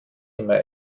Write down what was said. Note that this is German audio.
immer